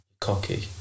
cocky